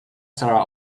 sarah